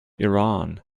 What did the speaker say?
iran